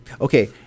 Okay